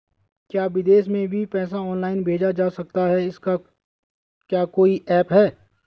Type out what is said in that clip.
क्या विदेश में भी पैसा ऑनलाइन भेजा जा सकता है इसका क्या कोई ऐप है?